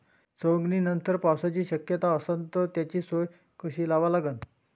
सवंगनीनंतर पावसाची शक्यता असन त त्याची सोय कशी लावा लागन?